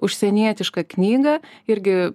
užsienietišką knygą irgi